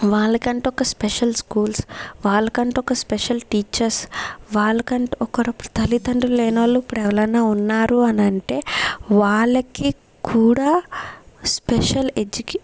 వాళ్ళకంటూ ఒక special schools వాళ్ళకంటూ ఒక స్పెషల్ టీచర్స్ వాళ్ళకంటూ ఒకరిప్పుడు తల్లిదండ్రులు లేనోళ్ళు ఇప్పుడు ఎవలన్నా ఉన్నారు అనంటే వాళ్ళకి కూడా స్పెషల్ ఎడ్యుకే